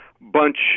bunch